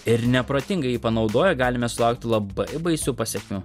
ir neprotingai jį panaudoję galime sulaukti labai baisių pasekmių